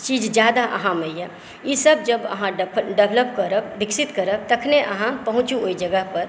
की चीज जादा अहाँमे अइ ई सभ जब अहाँ डेवलप करब विकसित करब तखने अहाँ पहुँचू ओहि जगह पर